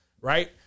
Right